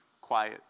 quiet